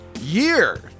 Year